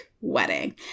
wedding